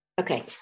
Okay